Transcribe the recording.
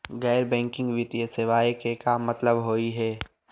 गैर बैंकिंग वित्तीय सेवाएं के का मतलब होई हे?